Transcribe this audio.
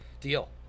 Deal